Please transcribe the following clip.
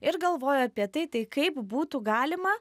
ir galvojo apie tai tai kaip būtų galima